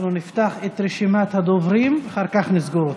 אנחנו נפתח את רשימת הדוברים, אחר כך נסגור אותה.